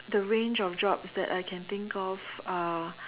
the range of jobs that I can think of are